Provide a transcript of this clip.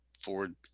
Ford